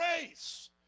race